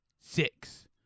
six